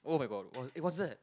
[oh]-my-god what eh what's that